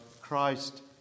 Christ